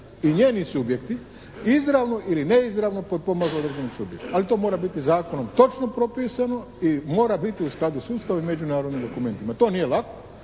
i njeni subjekti izravno ili neizravno potpomažu određenom subjektu. Ali to mora biti zakonom točno propisano i mora biti u skladu s ustavom i međunarodnim dokumentima. To nije lako.